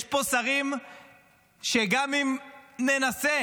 יש פה שרים שגם אם ננסה,